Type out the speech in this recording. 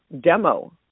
demo